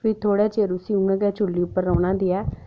फ्ही थोह्ड़ा चिर उसी उ'आं गै चु'ल्ली उप्पर रौह्ना देऐ